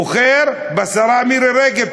בוחר בשרה מירי רגב.